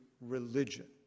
religion